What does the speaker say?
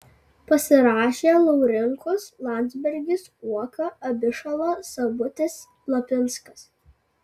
pasirašė laurinkus landsbergis uoka abišala sabutis lapinskas